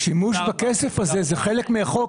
השימוש בכסף הזה זה חלק מחוק.